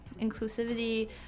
inclusivity